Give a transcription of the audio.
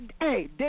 hey